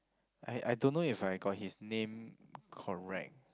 I I don't know if I got his name correct